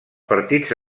partits